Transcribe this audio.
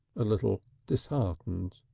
a little disheartened.